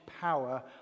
power